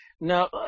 now